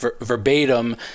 verbatim